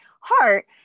heart